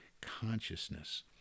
consciousness